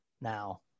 Now